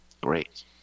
great